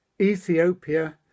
Ethiopia